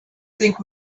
think